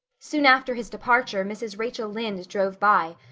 soon after his departure mrs. rachel lynde drove by,